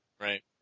Right